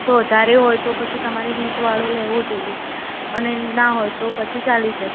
વધારે હોય તો તમારે હીટ વાળો લેવોજ જોઈએ અને ના હોય તો પછી ચાલી જાય